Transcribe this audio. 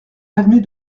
avenue